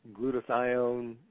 glutathione